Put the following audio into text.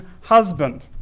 husband